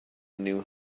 knew